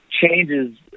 changes